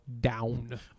down